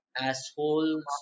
assholes